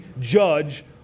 judge